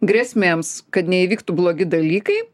grėsmėms kad neįvyktų blogi dalykai